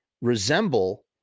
resemble